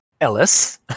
Ellis